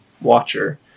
watcher